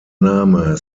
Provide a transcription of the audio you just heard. name